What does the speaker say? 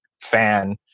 fan